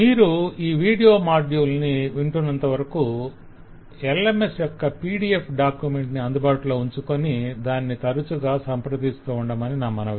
మీరు ఈ video module ని వింటున్నంతవరకు LMS యొక్క PDF డాక్యుమెంట్ ని అందుబాటులో ఉంచుకొని దానిని తరచుగా సంప్రదిస్తూ ఉండమని నా మనవి